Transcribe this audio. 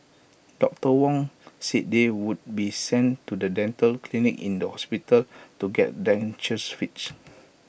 doctor Wong said they would be sent to the dental clinic in the hospital to get dentures fixed